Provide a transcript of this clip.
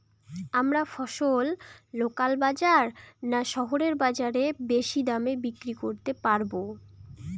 আমরা ফসল লোকাল বাজার না শহরের বাজারে বেশি দামে বিক্রি করতে পারবো?